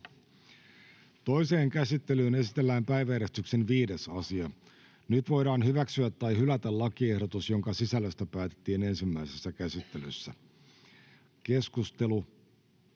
Toiseen käsittelyyn esitellään päiväjärjestyksen 2. asia. Nyt voidaan hyväksyä tai hylätä lakiehdotus, jonka sisällöstä päätettiin ensimmäisessä käsittelyssä. Keskustelu